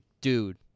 dude